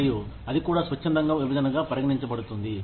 మరియు అది కూడా స్వచ్ఛంద విభజనగా పరిగణించబడుతుంది